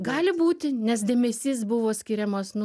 gali būti nes dėmesys buvo skiriamas nu